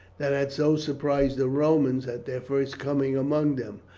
that had so surprised the romans at their first coming among them,